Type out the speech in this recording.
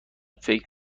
فکر